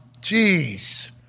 Jeez